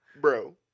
bro